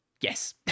Yes